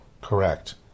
Correct